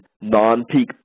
non-peak